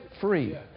free